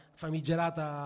famigerata